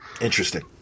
interesting